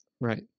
Right